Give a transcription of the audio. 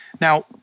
now